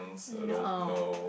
no